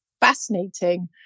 Fascinating